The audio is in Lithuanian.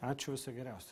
ačiū viso geriausio